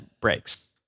breaks